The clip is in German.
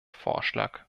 vorschlag